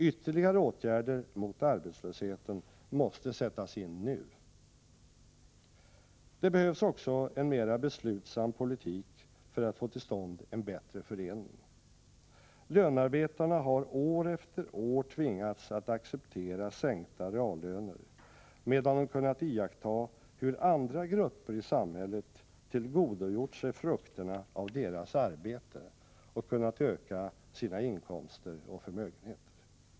Ytterligare åtgärder mot arbetslösheten måste sättas in nu. Det behövs också en mera beslutsam politik för att få till stånd en bättre fördelning. Lönarbetarna har år efter år tvingats att acceptera sänkta reallöner, medan de kunnat iaktta hur andra grupper i samhället tillgodogjort sig frukterna av deras arbete och kunnat öka sina inkomster och förmögenheter.